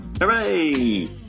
hooray